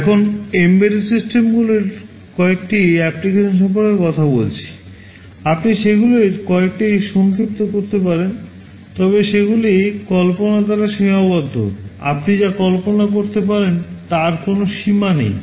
এখন এমবেডেড সিস্টেমগুলির কয়েকটি অ্যাপ্লিকেশন সম্পর্কে কথা বলছি আপনি সেগুলির কয়েকটি সংক্ষিপ্ত করতে পারেন তবে সেগুলি কল্পনা দ্বারা সীমাবদ্ধ আপনি যা কল্পনা করতে পারেন তার কোনও সীমা নেই